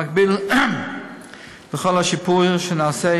במקביל לכל השיפור שנעשה,